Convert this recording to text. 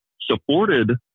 supported